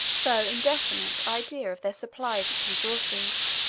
though indefinite, idea of their supplies and resources.